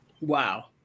Wow